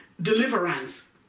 deliverance